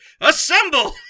Assemble